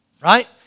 right